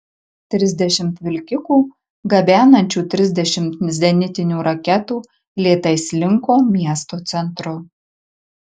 trisdešimt vilkikų gabenančių trisdešimt zenitinių raketų lėtai slinko miesto centru